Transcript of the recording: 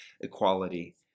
equality